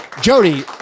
Jody